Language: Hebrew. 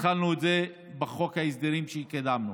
התחלנו את זה בחוק ההסדרים שקידמנו: